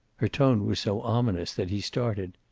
her tone was so ominous that he started.